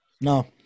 No